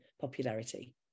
popularity